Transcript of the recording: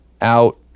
out